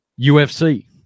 UFC